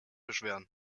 beschweren